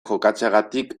jokatzeagatik